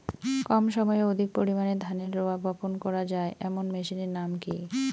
কম সময়ে অধিক পরিমাণে ধানের রোয়া বপন করা য়ায় এমন মেশিনের নাম কি?